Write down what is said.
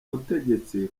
butegetsi